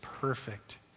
perfect